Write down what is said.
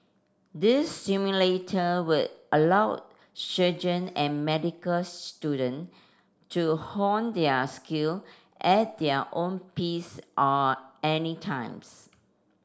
these simulator would allow surgeon and medical student to hone their skill at their own peace are any times